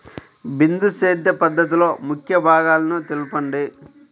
బిందు సేద్య పద్ధతిలో ముఖ్య భాగాలను తెలుపండి?